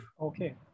Okay